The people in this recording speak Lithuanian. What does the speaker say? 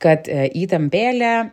kad įtampėlė